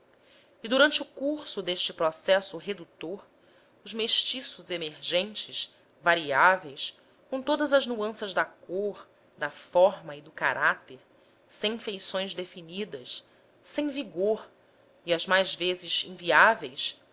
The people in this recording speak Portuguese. e durante o curso deste processo redutor os mestiços emergentes variáveis com todas as mudanças da cor da forma e do caráter sem feições definidas sem vigor e as mais das vezes inviáveis